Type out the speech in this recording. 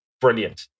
brilliant